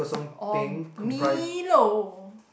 or milo